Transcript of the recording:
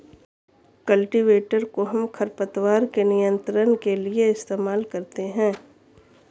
cultivator कोहम खरपतवार के नियंत्रण के लिए इस्तेमाल करते हैं